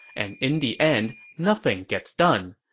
and in the end, nothing gets done.